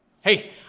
Hey